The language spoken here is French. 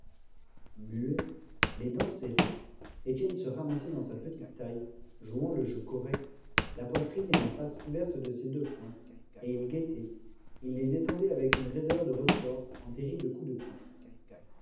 les dents serrées étienne se ramassait dans sa petite taille jouant le jeu correct la poitrine et la face couvertes de ses deux poings et il guettait il les détendait avec une raideur de ressorts en terribles coups de pointe